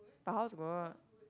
but how's work